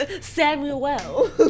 Samuel